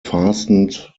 fastened